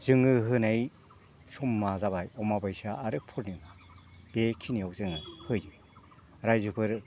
जोङो होनाय समा जाबाय अमाबस्या आरो पुर्निमा बेखिनियाव जोङो होयो रायजोफोर